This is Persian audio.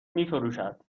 میفروشد